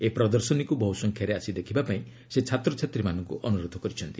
ଏହି ପ୍ରଦର୍ଶନୀକୁ ବହୁସଂଖ୍ୟାରେ ଆସି ଦେଖିବା ପାଇଁ ସେ ଛାତ୍ରଛାତ୍ରୀମାନଙ୍କୁ ଅନୁରୋଧ କରିଛନ୍ତି